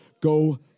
go